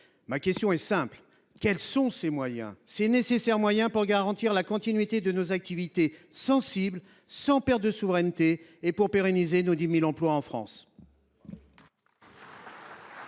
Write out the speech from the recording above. la secrétaire d’État : quels sont ces moyens indispensables pour garantir la continuité de nos activités sensibles, sans perte de souveraineté, et pour pérenniser nos 10 000 emplois en France ?